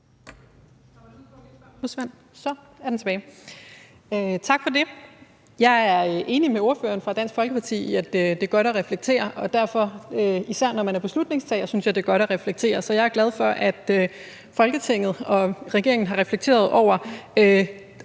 Tak for det. Jeg er enig med ordføreren for Dansk Folkeparti i, at det er godt at reflektere, og især når man er beslutningstager, synes jeg, det er godt at reflektere. Så jeg er glad for, at Folketinget og regeringen har reflekteret over